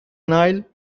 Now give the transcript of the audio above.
nile